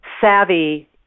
savvy